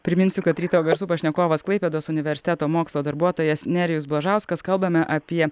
priminsiu kad ryto garsų pašnekovas klaipėdos universiteto mokslo darbuotojas nerijus blažauskas kalbame apie